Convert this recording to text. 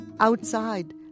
Outside